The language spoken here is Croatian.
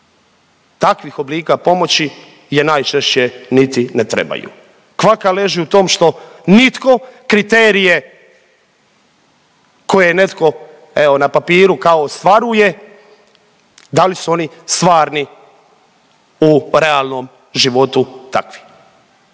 takvih oblika pomoći je najčešće niti ne trebaju. Kvaka leži u tom što nitko kriterije koje je netko, evo, na papiru, kao ostvaruje, da li su oni stvarni u realnom životu takvi.